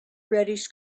reddish